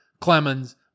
Clemens